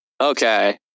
Okay